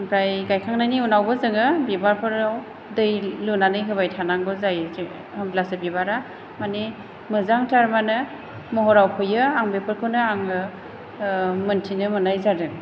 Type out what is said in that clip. ओमफ्राय गायखांनायनि उनावबो जोङो बिबारफोराव दै लुनानै होबाय थानांगौ जायो होमब्लासो बिबारा माने मोजां थार मानो महराव फैयो आं बेफोरखौनो आङो मोनथिनो मोन्नाय जादों